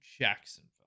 Jacksonville